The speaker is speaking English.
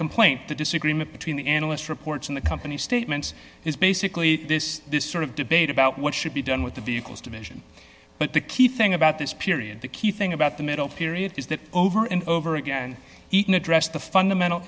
complaint the disagreement between the analyst reports and the company statements is basically this this sort of debate about what should be done with the vehicles division but the key thing about this period the key thing about the middle period is that over and over again even address the fundamental